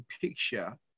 picture